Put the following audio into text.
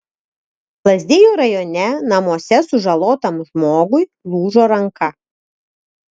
lazdijų rajone namuose sužalotam žmogui lūžo ranka